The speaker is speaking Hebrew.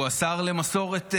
הוא השר למסורת,